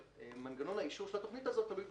כשבמנגנון האישור של התכנית תלוי בנסיבות.